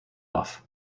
off